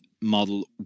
model